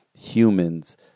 humans